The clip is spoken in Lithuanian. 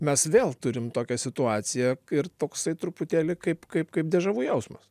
mes vėl turim tokią situaciją ir toksai truputėlį kaip kaip kaip dežavu jausmas